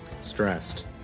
Stressed